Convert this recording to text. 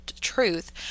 truth